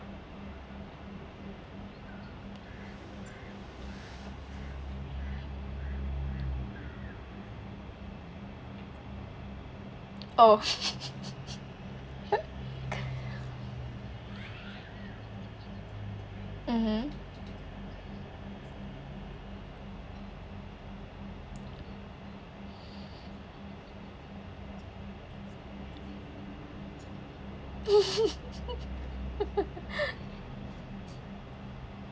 oh mmhmm